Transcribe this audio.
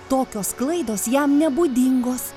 tokios klaidos jam nebūdingos